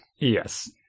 Yes